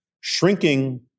shrinking